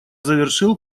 завершил